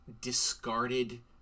discarded